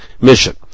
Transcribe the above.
mission